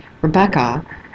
Rebecca